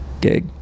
gig